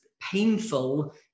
painful